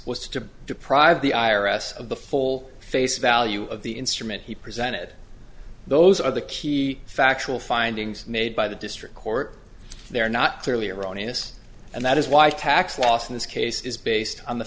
was to deprive the i r s of the full face value of the instrument he presented those are the key factual findings made by the district court they are not clearly erroneous and that is why tax loss in this case is based on the